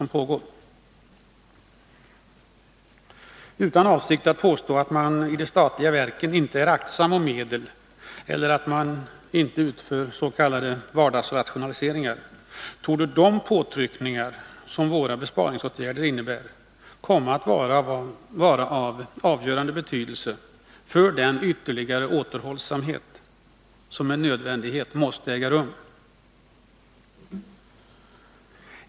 Ingen vill påstå att man i de statliga verken inte är aktsam om medel eller att man där inte görs.k. vardagsrationaliseringar, men de påtryckningar som våra besparingsåtgärder innebär torde ändå komma att vara av avgörande betydelse för den ytterligare återhållsamhet som med nödvändighet måste iakttas.